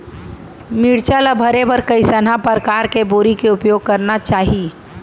मिरचा ला भरे बर कइसना परकार के बोरी के उपयोग करना चाही?